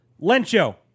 Lencho